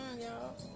y'all